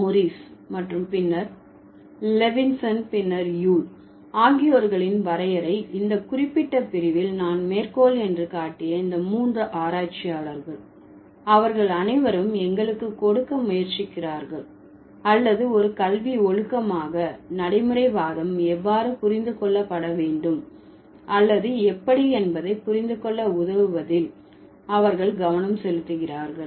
Morris மற்றும் பின்னர் Levinson பின்னர் யூல் ஆகியோர்களின் வரையறை இந்த குறிப்பிட்ட பிரிவில் நான் மேற்கோள் என்று காட்டிய இந்த 3 ஆராய்ச்சியாளர்கள் அவர்கள் அனைவரும் எங்களுக்கு கொடுக்க முயற்சிக்கிறார்கள் அல்லது ஒரு கல்வி ஒழுக்கமாக நடைமுறைவாதம் எவ்வாறு புரிந்து கொள்ளப்பட வேண்டும் அல்லது எப்படி என்பதை புரிந்து கொள்ள உதவுவதில் அவர்கள் கவனம் செலுத்துகிறார்கள்